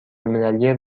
المللی